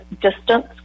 distance